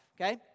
Okay